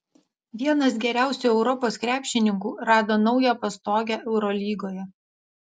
vienas geriausių europos krepšininkų rado naują pastogę eurolygoje